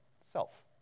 self